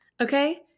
Okay